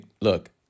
look